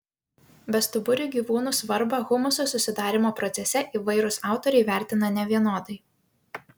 bestuburių gyvūnų svarbą humuso susidarymo procese įvairūs autoriai vertina nevienodai